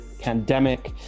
pandemic